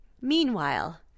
Meanwhile